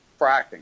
fracking